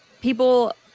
people